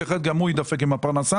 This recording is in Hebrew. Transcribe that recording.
אחרת הוא יידפק עם הפרנסה.